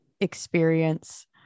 experience